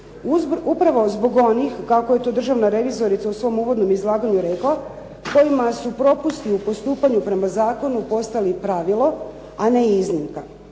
Upravo zbog onih kako je to državna revizorica u svom uvodnom izlaganju rekla kojima su propusti u postupanju prema zakonu postali pravilo a ne iznimka.